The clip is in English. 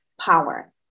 power